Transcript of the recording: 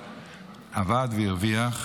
שהרוויח, עבד והרוויח,